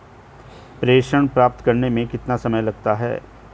प्रेषण प्राप्त करने में कितना समय लगता है?